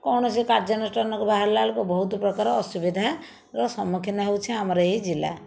କୌଣସି କାର୍ଯ୍ୟାନୁଷ୍ଠାନକୁ ବାହାରିଲା ବେଳକୁ ବହୁତ ପ୍ରକାର ଅସୁବିଧାର ସମ୍ମୁଖୀନ ହେଉଛି ଆମର ଏହି ଜିଲ୍ଲା